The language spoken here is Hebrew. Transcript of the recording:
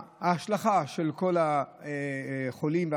ההשלכה של כל החולים,